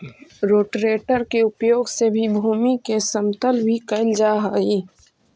rotator के उपयोग से भूमि के समतल भी कैल जा हई